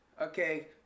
okay